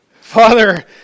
Father